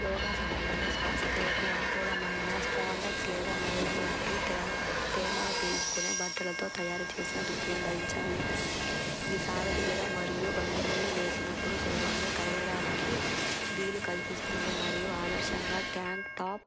యోగా సమయంలో శ్వాసక్రియకు అనుకూలమైన స్పాండెక్స్ లేదా నైలాన్ వంటి తేమ తేమను పీల్చుకునే బట్టలతో తయారు చేసిన దుస్తులను ధరించాలి ఇది సాగతీయడం మరియు భంగిమలు వేసినప్పుడు సులభంగా కదలడానికి వీలు కల్పిస్తుంది మరియు ఆదర్శంగా ట్యాంక్ టాప్